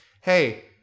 hey